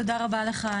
תודה רבה לך,